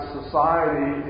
society